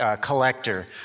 collector